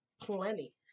Plenty